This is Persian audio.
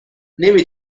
نمی